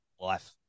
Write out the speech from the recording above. life